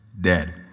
dead